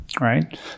right